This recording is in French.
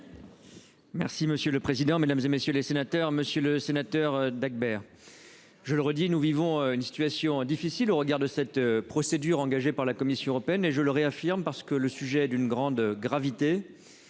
Merci monsieur le président, Mesdames, et messieurs les sénateurs, Monsieur le Sénateur Dacbert. Je le redis, nous vivons une situation difficile au regard de cette procédure engagée par la Commission européenne et je le réaffirme parce que le sujet d'une grande gravité.